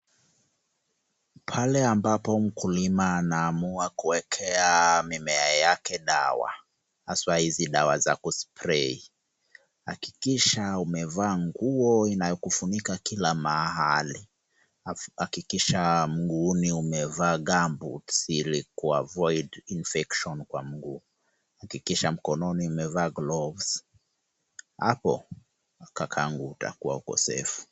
Pale ambapo mkulima anaamua kuwekea mimea yake dawa , haswa hizi dawa za kuspray (cs) hakikisha umevaa nguo inayokufunika kila mahali ,hakikisha mguuni umevaa gumboots(cs),ili kuavoid infection kwa mguu, hakikisha mkononi umevaa gloves (cs), hapo kakangu utakua uko safe (cs).